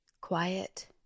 quiet